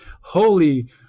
Holy